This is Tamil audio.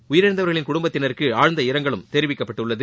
உயிரிழந்தவர்களின் குடும்பத்தினருக்கு ஆழ்ந்த இரங்கலும் தெரிவிக்கப்பட்டுள்ளது